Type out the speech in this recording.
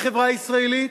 בחברה הישראלית?